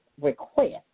request